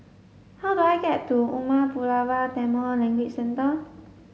how do I get to Umar Pulavar Tamil Language Centre